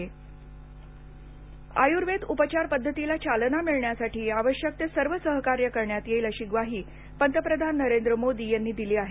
मोदी आयर्वेद आयुर्वेद उपचार पद्धतीला चालना मिळण्यासाठी आवश्यक ते सर्व सहकार्य करण्यात येईल अशी ग्वाही पंतप्रधान नरेंद्र मोदी यांनी दिली आहे